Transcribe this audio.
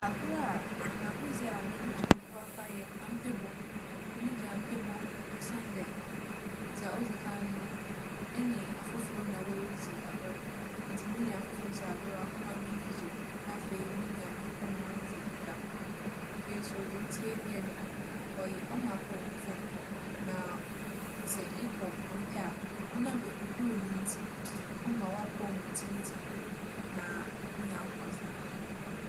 Agor a anaa agodzi a m'enyi gye ho papaapa yɛ ampebͻ. M'enyi gye ampebͻ ho osiandɛ dza odzi kan no, menye afofor na woridzi agor. Ntsi menye afofor dzi agor a ͻma m'enyi gye, na afei, minya nyimpa nye hͻn dzi nkitaho. Afei so dza otsia ebien no, ͻy - ͻma apͻwmudzen na sɛ ebͻ ampe a, ͻnam ehuhur no ntsi, ͻma w'apͻw mu tsentsen wo na inya ahoͻdzen.